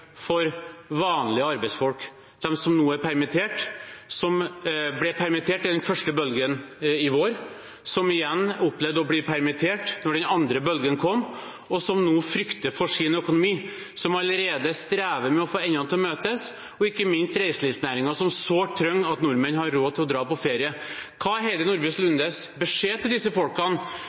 for vanlige arbeidsfolk, de som nå er permittert, som ble permittert i den første bølgen i vår, som igjen opplevde å bli permittert da den andre bølgen kom, og som nå frykter for sin økonomi og allerede strever med å få endene til å møtes – og ikke minst for reiselivsnæringen, som sårt trenger at nordmenn har råd til å dra på ferie. Hva er Heidi Nordby Lundes beskjed til disse folkene,